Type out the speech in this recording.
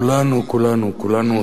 כולנו, כולנו.